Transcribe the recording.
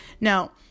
Now